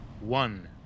one